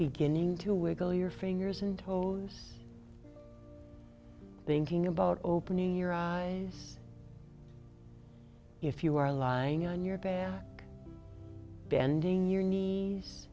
beginning to wiggle your fingers and toes thinking about opening your eyes if you are lying on your bed bending your knee